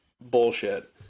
bullshit